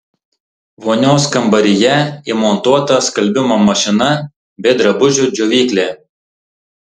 vonios kambaryje įmontuota skalbimo mašina bei drabužių džiovyklė